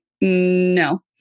no